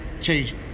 change